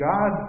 God